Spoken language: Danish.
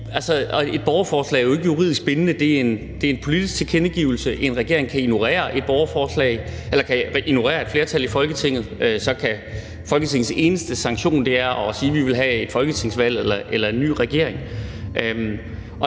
et borgerforslag er jo ikke juridisk bindende; det er en politisk tilkendegivelse. En regering kan ignorere et flertal i Folketinget, og så er Folketingets eneste sanktion at sige, at man vil have et folketingsvalg eller en ny regering.